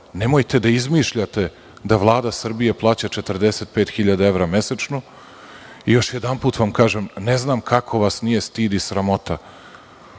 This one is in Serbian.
nemojte da izmišljate da Vlada Srbije plaća 45.000 mesečno i još jedanput vam kažem ne znam kako vas nije sramota,